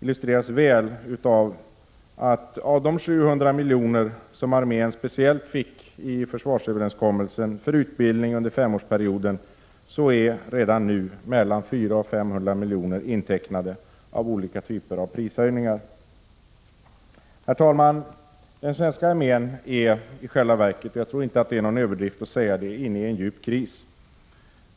illustreras väl av att av de 700 milj.kr. som armén fick i försvarsöverenskommelsen speciellt för utbildning under femårsperioden är redan nu mellan 400 och 500 milj.kr. intecknade i olika typer av prishöjningar. Herr talman! Jag tror inte att det är någon överdrift att säga att den svenska armén är inne i en djup kris.